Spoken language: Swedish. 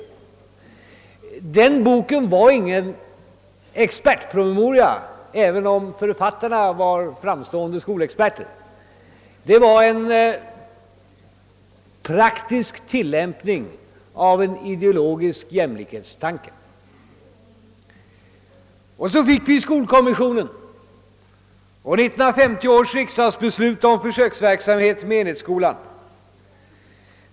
Den boken var ingen expertpromemoria, även om författarna var framstående skolexperter, utan den var en praktisk tillämpning av en ideologisk jämlikhetstanke. Så fick vi skolkommissionen och 1950 års riksdagsbeslut om försöksverksamhet med enhetsskolan.